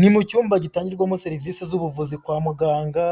Ni mu cyumba gitangirwamo serivise z'ubuvuzi kwa muganga,